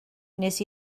wnes